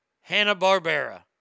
Hanna-Barbera